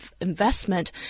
investment